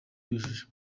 yujuje